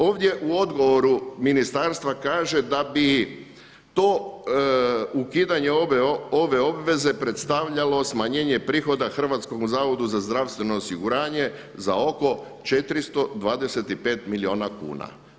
Ovdje u odgovoru ministarstva kaže da bi to ukidanje ove obveze predstavljalo smanjenje prihoda Hrvatskom zavodu za zdravstveno osiguranje za oko 425 milijuna kuna.